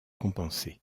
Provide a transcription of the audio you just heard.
compenser